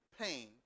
pain